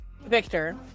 Victor